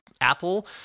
Apple